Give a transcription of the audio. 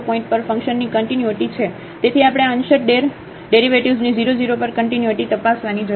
તેથી આપણે આ અંશત der ડેરિવેટિવ્ઝની 0 0 પર કન્ટિન્યુટી તપાસવાની જરૂર છે